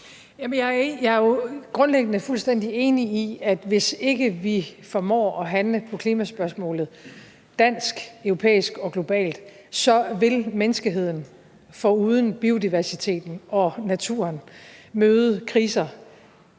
jeg er jo grundlæggende fuldstændig enig i, at hvis ikke vi formår at handle på klimaspørgsmålet – dansk, europæisk og globalt – så vil menneskeheden, foruden biodiversiteten og naturen, møde kriser,